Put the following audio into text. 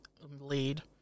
lead